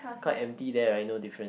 it's quite empty there right no difference